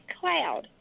cloud